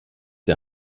der